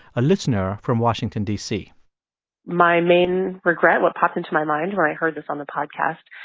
a listener from washington, d c my main regret, what popped into my mind when i heard this on the podcast,